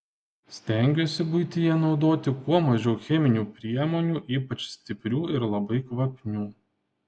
stengiuosi buityje naudoti kuo mažiau cheminių priemonių ypač stiprių ir labai kvapnių